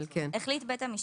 החליט בית המשפט,